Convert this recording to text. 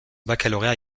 baccalauréat